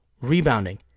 rebounding